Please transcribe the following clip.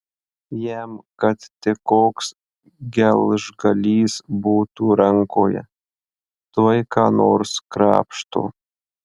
jam kad tik koks gelžgalys būtų rankoje tuoj ką nors krapšto